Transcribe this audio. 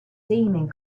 seeming